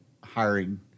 hiring